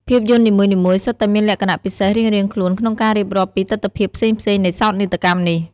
ភាពយន្តនីមួយៗសុទ្ធតែមានលក្ខណៈពិសេសរៀងៗខ្លួនក្នុងការរៀបរាប់ពីទិដ្ឋភាពផ្សេងៗនៃសោកនាដកម្មនេះ។